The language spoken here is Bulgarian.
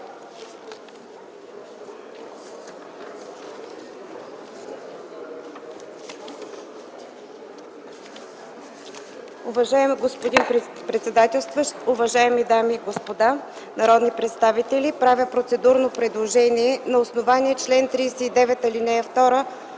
Уважаеми господин председател, уважаеми дами и господа народни представители! Правя процедурно предложение на основание чл. 39, ал. 2